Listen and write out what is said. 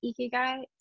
Ikigai